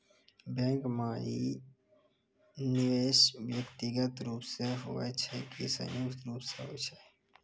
Bank माई निवेश व्यक्तिगत रूप से हुए छै की संयुक्त रूप से होय छै?